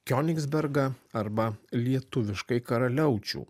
kionigsbergą arba lietuviškai karaliaučių